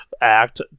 Act